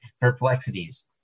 perplexities